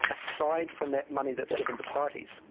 aside from that money that is given to parties.